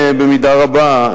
במידה רבה,